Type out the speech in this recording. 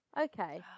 okay